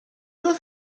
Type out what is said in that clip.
oedd